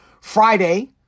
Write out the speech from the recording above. Friday